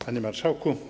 Panie Marszałku!